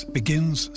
begins